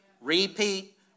repeat